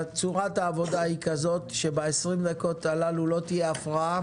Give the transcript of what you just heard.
צורת העבודה היא כזאת: ב-20 דקות הללו לא תהיה הפרעה